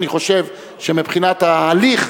אני חושב שמבחינת ההליך,